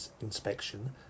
inspection